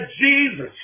Jesus